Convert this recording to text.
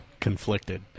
Conflicted